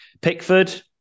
Pickford